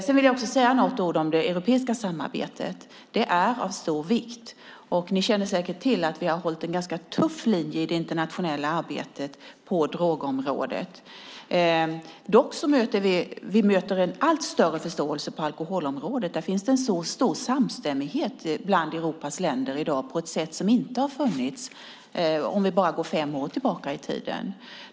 Jag vill också säga några ord om det europeiska samarbetet. Det är av stor vikt. Ni känner säkert till att vi har haft en ganska tuff linje i det internationella arbetet på drogområdet. Vi möter en allt större förståelse på alkoholområdet. Där finns det en så stor samstämmighet bland Europas länder i dag som inte har funnits om vi går bara fem år tillbaka i tiden.